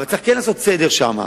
אבל צריך לעשות סדר שם,